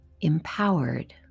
empowered